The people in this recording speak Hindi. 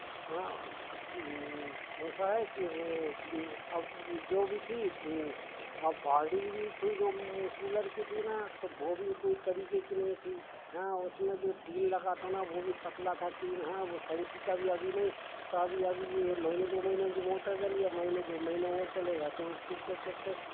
हाँ और अब ऐसा है कि जो भी थी बाडी भी जो थी कूलर की थी ना तो वो भी कोई तरीके की नहीं थी हाँ उसमें जो टीन लगा लगा था वो भी पतला था टीन हाँ वो टंकी का भी अभी नहीं तो अभी अभी ये महीने दो महीने में जो मोटर जल गया महीने दो महीने और चलेगा तो उसके क्या कहते